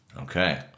okay